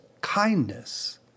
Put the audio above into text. kindness